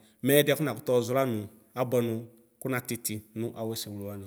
Mɛ ɛdiɛ kʋ nakʋtʋ ɔzɔ lanʋ abʋɛ nʋ kʋna titi nʋ awʋɛsɛ wle wani.